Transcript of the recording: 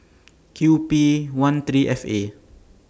Q P one three F A